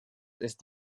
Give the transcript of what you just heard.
ist